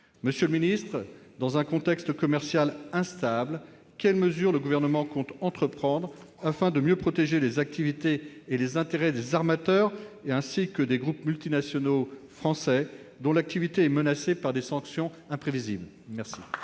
Monsieur le secrétaire d'État, dans un contexte commercial instable, quelles mesures le Gouvernement compte-t-il prendre afin de mieux protéger les activités et les intérêts des armateurs et des groupes multinationaux français dont l'activité est menacée par des sanctions imprévisibles ? La